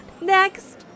Next